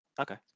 okay